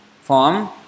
form